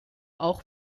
auch